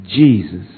Jesus